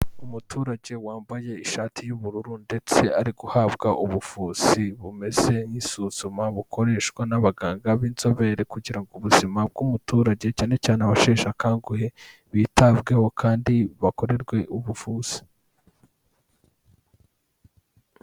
Umuturage wambaye ishati y'ubururu ndetse ari guhabwa ubuvuzi bumeze nk'isuzuma, bukoreshwa n'abaganga b'inzobere kugira ngo ubuzima bw'umuturage cyane cyane abasheshe akanguhe bitabweho kandi bakorerwe ubuvuzi.